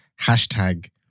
Hashtag